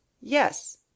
Yes